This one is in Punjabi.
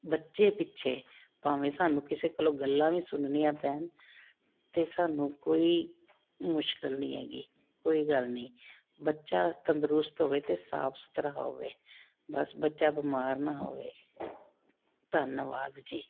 ਬੱਚੇ ਪਿੱਛੇ ਭਾਵੇਂ ਸਾਨੂੰ ਕਿਸੇ ਕੋਲੋਂ ਗੱਲਾਂ ਵੀ ਸੁਣਨੀਆਂ ਪੈਣ ਤਾਂ ਸਾਨੂੰ ਕੋਈ ਮੁਸ਼ਕਿਲ ਨਹੀਂ ਹੈਗੀ ਕੋਈ ਗੱਲ ਨਹੀਂ ਬੱਚਾ ਤੰਦਰੁਸਤ ਹੋਵੇ ਅਤੇ ਸਾਫ ਸੁਥਰਾ ਹੋਵੇ ਬਸ ਬੱਚਾ ਬਿਮਾਰ ਨਾ ਹੋਵੇ ਧੰਨਵਾਦ ਜੀ